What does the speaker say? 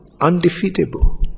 undefeatable